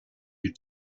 you